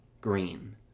green